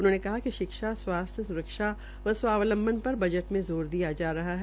उन्होंने कहा कि शिक्षा स्वास्थ्य स्रक्षा व स्वावलंबन पर बजट में ज़ोर दिया जा रहा है